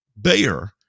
Bayer